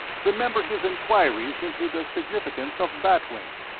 remember his enquiries into the significance of bat wing.